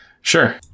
Sure